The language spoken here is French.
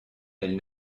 elles